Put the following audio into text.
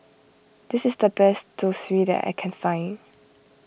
this is the best Zosui that I can find